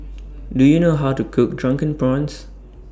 Do YOU know How to Cook Drunken Prawns